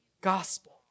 gospel